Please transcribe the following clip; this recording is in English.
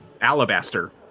Alabaster